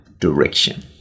direction